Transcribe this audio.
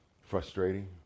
Frustrating